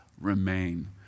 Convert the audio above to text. remain